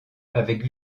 avec